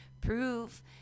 prove